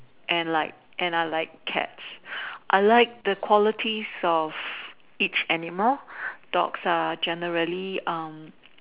and like and I like cats I like the qualities of each animal dogs are generally um